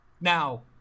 Now